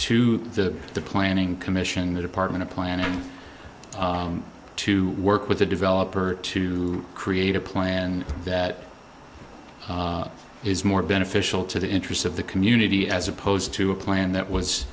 to the planning commission the department of planning to work with the developer to create a plan that is more beneficial to the interests of the community as opposed to a plan that was